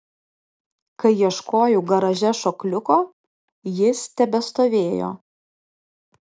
kai ieškojau garaže šokliuko jis tebestovėjo